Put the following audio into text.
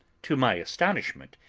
to my astonishment,